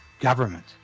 government